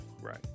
Right